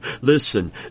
Listen